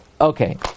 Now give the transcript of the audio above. Okay